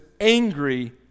angry